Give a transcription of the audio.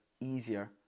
easier